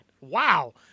Wow